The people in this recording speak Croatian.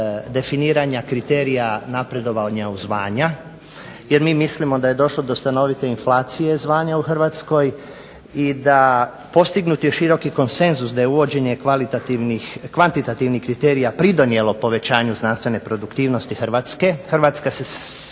definiranja kriterija napredovanja u zvanja jer mi mislimo da je došlo do stanovite inflacije zvanja u Hrvatskoj i da postignut je široki konsenzus da je uvođenje kvantitativnih kriterija pridonijelo povećanju znanstvene produktivnosti Hrvatske. Hrvatske se